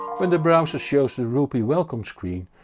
when the browser shows the ropieee welcome screen,